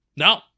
No